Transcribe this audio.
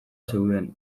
zeuden